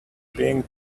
being